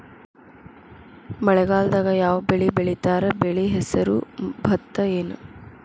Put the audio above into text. ಮಳೆಗಾಲದಾಗ್ ಯಾವ್ ಬೆಳಿ ಬೆಳಿತಾರ, ಬೆಳಿ ಹೆಸರು ಭತ್ತ ಏನ್?